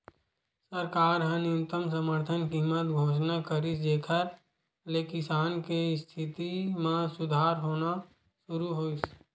सरकार ह न्यूनतम समरथन कीमत घोसना करिस जेखर ले किसान के इस्थिति म सुधार होना सुरू होइस